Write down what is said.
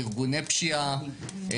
ארגוני פשיעה,